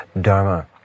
Dharma